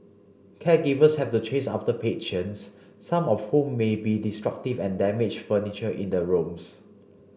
caregivers have to chase after patients some of whom may be destructive and damage furniture in the rooms